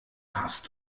hast